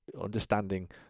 understanding